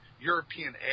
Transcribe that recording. European